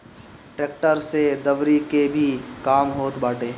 tractor से दवरी के भी काम होत बाटे